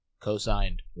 co-signed